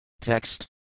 Text